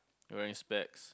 wearing specs